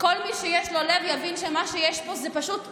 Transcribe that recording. כל מי שיש לו לב יבין שמה שיש פה זה פשוט אסון.